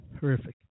horrific